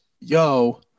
yo